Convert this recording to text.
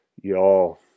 Y'all